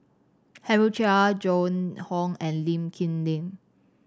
Henry Chia Joan Hon and Lee Kip Lin